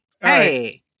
Hey